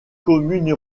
commune